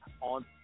on